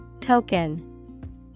Token